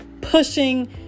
pushing